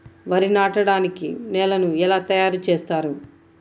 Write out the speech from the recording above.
వరి నాటడానికి నేలను ఎలా తయారు చేస్తారు?